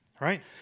Right